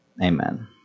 Amen